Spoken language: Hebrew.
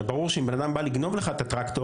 הרי ברור שאם בן אדם בא לגנוב לך את הטרקטור,